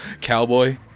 cowboy